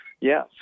yes